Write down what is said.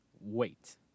Wait